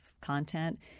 content